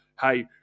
hey